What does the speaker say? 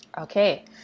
Okay